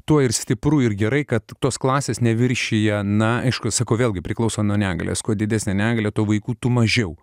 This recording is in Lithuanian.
tuo ir stipru ir gerai kad tos klasės neviršija na aišku sako vėlgi priklauso nuo negalios kuo didesnė negalia tuo vaikų tų mažiau